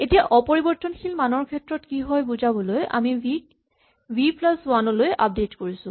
এতিয়া অপৰিবৰ্তনশীল মানৰ ক্ষেত্ৰত কি হয় বুজাবলৈ আমি V K V plus one লৈ আপডেট কৰিছো